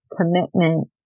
commitment